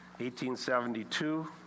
1872